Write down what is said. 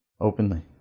Openly